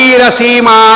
Rasima